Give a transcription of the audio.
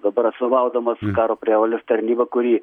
dabar atstovaudamas karo prievolės tarnybą kuri